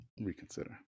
reconsider